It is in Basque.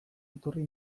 iturri